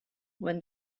when